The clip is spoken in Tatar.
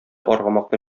аргамакны